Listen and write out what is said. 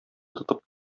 тотып